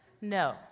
No